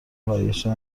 برگشتن